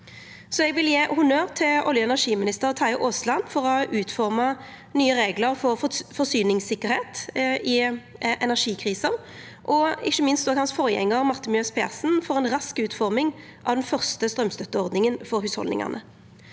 Eg vil gje honnør til olje- og energiminister Terje Aasland for å ha utforma nye reglar for forsyningssikkerheit i energikrisa, og ikkje minst òg hans forgjengar, Marte Mjøs Persen, for ei rask utforming av den første straumstønadsordninga for hushaldningane.